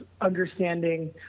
understanding –